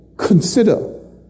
Consider